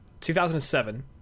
2007